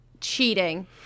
cheating